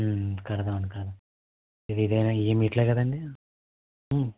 కడదాం అండి కడదాం ఇది ఇదేనా ఈ మెట్లే కదండి